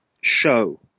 show